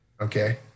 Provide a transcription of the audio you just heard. okay